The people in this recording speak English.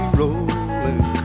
rolling